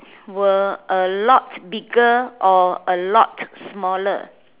were a lot bigger or a lot smaller